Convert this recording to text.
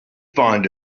find